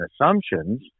assumptions